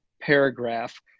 paragraph